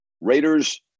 Raiders